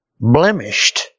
Blemished